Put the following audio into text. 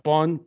on